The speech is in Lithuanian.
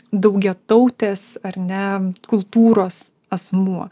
daugiatautės ar ne kultūros asmuo